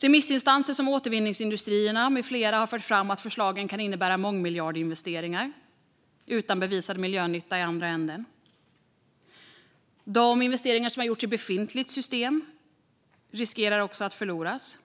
Remissinstanser som Återvinningsindustrierna med flera har fört fram att förslagen kan innebära mångmiljardinvesteringar utan någon bevisad miljönytta i andra änden. De investeringar som har gjorts i befintligt system riskerar att förloras.